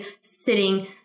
sitting